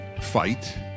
fight